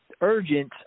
urgent